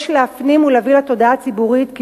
יש להפנים ולהביא לתודעה הציבורית כי